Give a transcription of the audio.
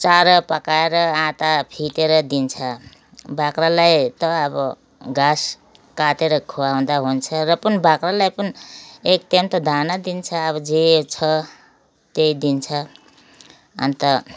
चारो पकाएर आँटा फिटेर दिन्छ बाख्रालाई त अब घाँस काटेर खुवाउँदा हुन्छ र पनि बाख्रालाई पनि एक टाइम त दाना दिन्छ अब जे छ त्यही दिन्छ अन्त